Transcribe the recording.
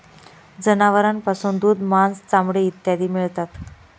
जनावरांपासून दूध, मांस, चामडे इत्यादी मिळतात